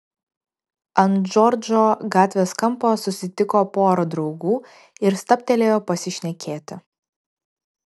ant džordžo gatvės kampo susitiko porą draugų ir stabtelėjo pasišnekėti